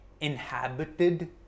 inhabited